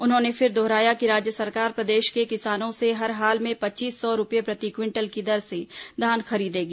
उन्होंने फिर दोहराया कि राज्य सरकार प्रदेश के किसानों से हर हाल में पच्चीस सौ रूपये प्रति क्विंटल की दर से धान खरीदेगी